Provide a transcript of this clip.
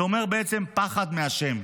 זה אומר בעצם פחד מהשם,